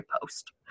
post